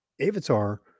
avatar